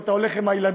אם אתה הולך עם הילדים,